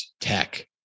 tech